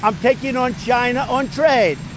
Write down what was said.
i'm taking on china on trade.